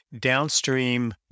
downstream